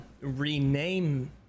Rename